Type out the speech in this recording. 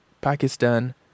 Pakistan